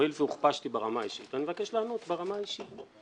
הואיל והוכפשתי ברמה האישית אני מבקש לענות ברמה האישית.